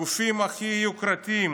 הגופים הכי יוקרתיים,